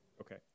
Okay